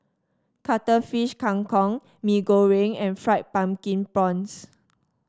Cuttlefish Kang Kong Mee Goreng and Fried Pumpkin Prawns